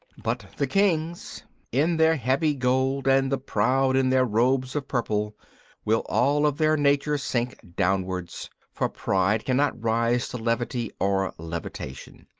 but the kings in their heavy gold and the proud in their robes of purple will all of their nature sink downwards, for pride cannot rise to levity or levitation.